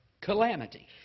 calamity